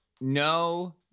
No